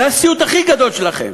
זה הסיוט הכי גדול שלכם.